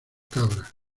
cabra